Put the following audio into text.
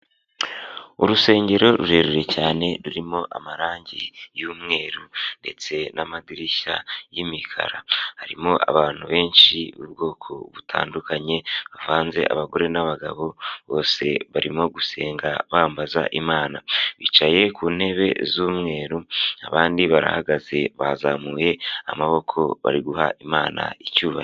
Urusengero rurerure cyane rurimo amarangi y'umweru, ndetse n'amadirishya y'imikara, harimo abantu benshi b'ubwoko butandukanye bavanze abagore n'abagabo, bose barimo gusenga bambaza Imana bicaye ku ntebe z'umweru, abandi barahagaze bazamuye amaboko bari guha Imana icyubaro.